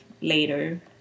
later